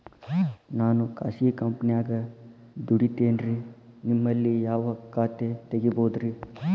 ನಾನು ಖಾಸಗಿ ಕಂಪನ್ಯಾಗ ದುಡಿತೇನ್ರಿ, ನಿಮ್ಮಲ್ಲಿ ಯಾವ ಖಾತೆ ತೆಗಿಬಹುದ್ರಿ?